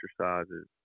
exercises